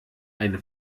eine